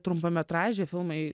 trumpametražiai filmai